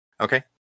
Okay